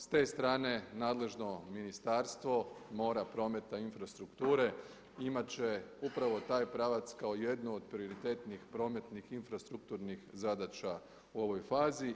S te strane nadležno Ministarstvo, mora, prometa i infrastrukture imati će upravo taj pravac kao jednu od prioritetnih prometnih infrastrukturnih zadaća u ovoj fazi.